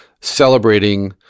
celebrating